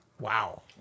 Wow